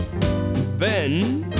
Ben